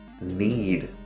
need